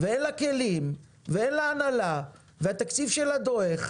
ואין לה כלים ואין לה הנהלה והתקציב שלה דועך